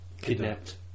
Kidnapped